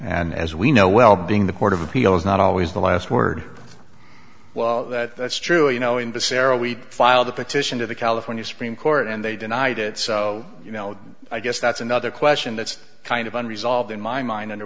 and as we know well being the court of appeal is not always the last word well that's true you know in this era we filed a petition to the california supreme court and they denied it so you know i guess that's another question that's kind of unresolved in my mind and